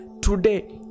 today